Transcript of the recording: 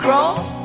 Cross